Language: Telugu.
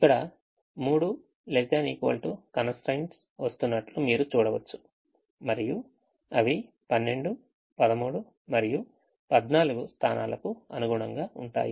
ఇక్కడ 3 ≤ constraints వస్తున్నట్లు మీరు చూడవచ్చు మరియు అవి 12 13 మరియు 14 స్థానాలకు అనుగుణంగా ఉంటాయి